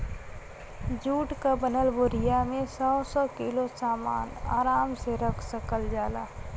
जुट क बनल बोरिया में सौ सौ किलो सामन आराम से रख सकल जाला